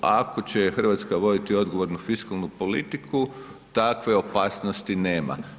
Ako će Hrvatska voditi odgovornu fiskalnu politiku takve opasnosti nema.